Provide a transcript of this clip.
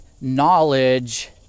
knowledge